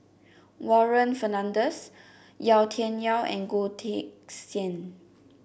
Warren Fernandez Yau Tian Yau and Goh Teck Sian